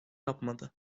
yapmadı